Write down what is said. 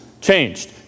changed